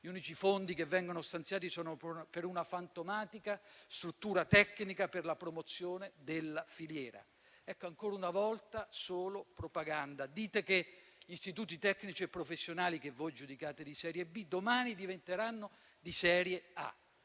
gli unici fondi che vengono stanziati sono per una fantomatica struttura tecnica per la promozione della filiera. Ecco, ancora una volta, solo propaganda. Dite che gli istituti tecnici e professionali - che voi giudicate di serie B - domani diventeranno di serie A.